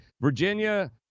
Virginia